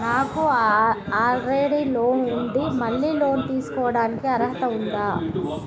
నాకు already loan ఉండి మళ్ళీ లోన్ తీసుకోవడానికి అర్హత ఉందా?